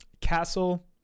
Castle